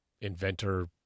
inventor